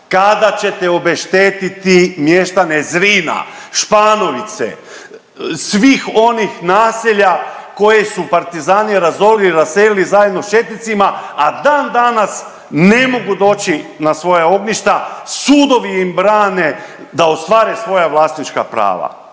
kada ćete obeštetiti mještane Zrina, Španovice, svih onih naselja koje su partizani razorili, raselili zajedno sa četnicima, a dan danas ne mogu doći na svoja ognjišta. Sudovi im brane da ostvare svoja vlasnička prava.